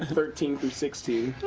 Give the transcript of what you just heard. thirteen through sixteen.